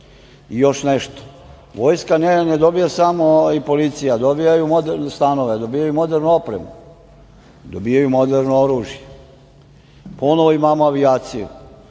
nešto. Vojska ne dobija samo, i policija, dobijaju stanove, dobijaju modernu opremu, dobijaju moderno oružje. Ponovo imamo avijaciju.